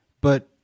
but-